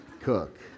Cook